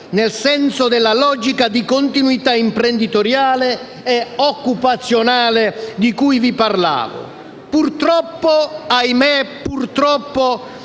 nel senso della logica di continuità imprenditoriale e occupazionale di cui vi parlavo. Purtroppo - ahimè, purtroppo